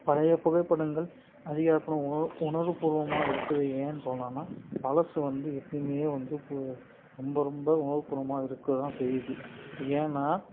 பழைய புகைப்படங்கள் அதிகாரபூர்வமாக உணர்வுபூர்வமாக இருக்குது ஏன்னு சொல்லலான்னா பழசு வந்து எப்பையுமே வந்து பு ரொம்ப ரொம்ப உணர்வுபூர்வமாக இருக்கதான் செய்யுது ஏன்னா